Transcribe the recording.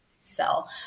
sell